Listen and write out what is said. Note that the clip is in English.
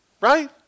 Right